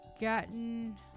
Gotten